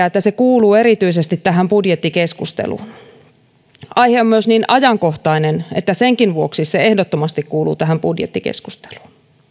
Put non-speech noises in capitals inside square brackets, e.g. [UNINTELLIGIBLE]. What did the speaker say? [UNINTELLIGIBLE] että se kuuluu erityisesti tähän budjettikeskusteluun aihe on myös niin ajankohtainen että senkin vuoksi se ehdottomasti kuuluu tähän budjettikeskusteluun